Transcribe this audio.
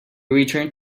returned